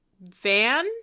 Van